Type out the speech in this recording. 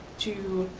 to.